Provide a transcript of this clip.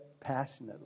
passionately